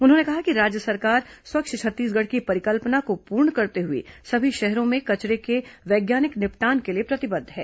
उन्होंने कहा कि राज्य सरकार स्वच्छ छत्तीसगढ़ की परिकल्पना को पूर्ण करते हुए सभी शहरों में कचरे के वैज्ञानिक निपटान के लिए प्रतिबद्ध है